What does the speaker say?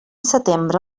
setembre